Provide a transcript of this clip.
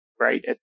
Right